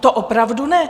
To opravdu ne!